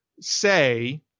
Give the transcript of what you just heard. say